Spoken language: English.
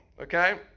okay